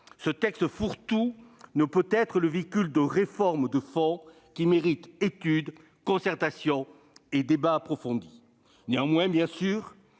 Ce texte fourre-tout ne peut être le véhicule de réformes de fond qui méritent études, concertation et débats approfondis. Néanmoins, certaines